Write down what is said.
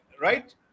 right